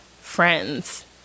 friends